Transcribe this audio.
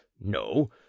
no